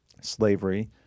slavery